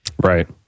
Right